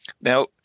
Now